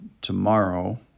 tomorrow